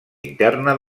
interna